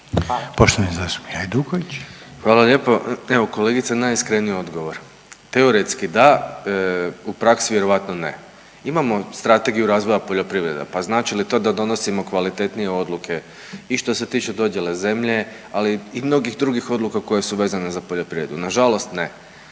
(Nezavisni)** Hvala lijepo. Evo, kolegice, najiskreniji odgovor. Teoretski dan, u praksi vjerojatno ne. Imamo Strategiju razvoja poljoprivrede, pa znači li to da donosimo kvalitetnije odluke i što se tiče dodjele zemlje, ali i mnogih drugih odluka koje su vezane za poljoprivredu? Nažalost ne.